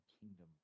kingdom